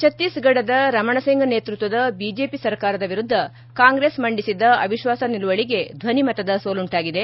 ಛತ್ತೀಸ್ಗಢದ ರಮಣ್ ಸಿಂಗ್ ನೇತೃತ್ವದ ಬಿಜೆಪಿ ಸರ್ಕಾರದ ವಿರುದ್ದ ಕಾಂಗ್ರೆಸ್ ಮಂಡಿಸಿದ್ದ ಅವಿತ್ವಾಸ ನಿಲುವಳಿಗೆ ಧ್ವನಿ ಮತದ ಸೋಲುಂಟಾಗಿದೆ